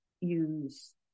use